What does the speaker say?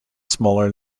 smaller